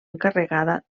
encarregada